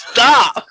Stop